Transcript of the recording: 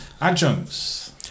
Adjuncts